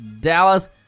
Dallas